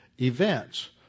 events